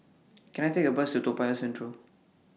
Can I Take A Bus to Toa Payoh Central